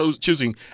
choosing